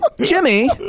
Jimmy